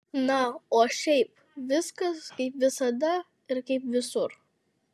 na o šiaip viskas kaip visada ir kaip visur